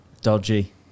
dodgy